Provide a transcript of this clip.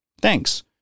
Thanks